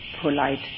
polite